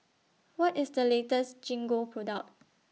What IS The latest Gingko Product